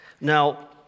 Now